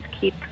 keep